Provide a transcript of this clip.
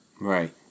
Right